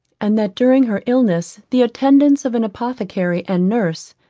and that during her illness the attendance of an apothecary and nurse,